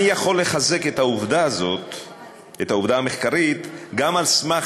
אני יכול לחזק את העובדה המחקרית הזאת גם על סמך